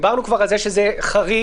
כבר דיברנו על זה שזה חריג,